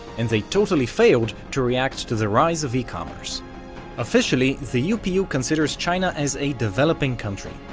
and they totally failed to react to the rise of e-commerce. officially, the upu considers china as a developing country,